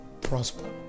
prosper